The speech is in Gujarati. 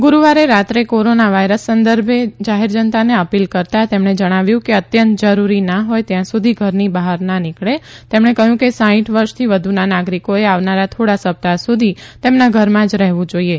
ગુરૂવારે રાત્રે કોરોના વાયરસ સંદર્ભેમાં જાહેર જનતાને અપીલ કરતા જણાવ્યું કે અત્યંત જરૂરી ના હોય ત્યા સુધી ઘરની બહાર ના નીકળે તેમણે કહ્યું કે સાંઇઠ વર્ષથી વધુના નાગરીકોચે આવનારા થોડા સપ્તાહ સુધી તેમના ઘરમાં જ રહેવુ જોઇએ